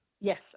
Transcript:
Yes